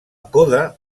coda